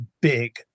big